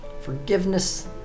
forgiveness